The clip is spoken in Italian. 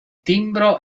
timbro